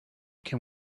can